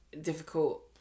difficult